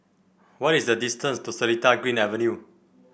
what is the distance to Seletar Green Avenue